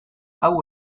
hau